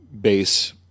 base